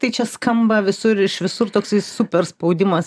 tai čia skamba visur iš visur toksai super spaudimas